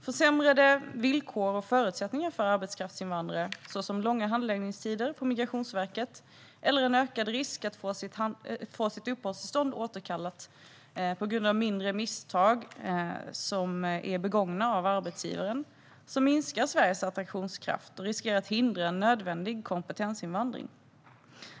Försämrade villkor och förutsättningar för arbetskraftsinvandrare, till exempel långa handläggningstider på Migrationsverket eller ökad risk att få sitt uppehållstillstånd återkallat på grund av mindre misstag begångna av arbetsgivare, minskar Sveriges attraktionskraft och riskerar att hindra nödvändig kompetensinvandring.